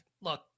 look